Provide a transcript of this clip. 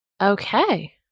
Okay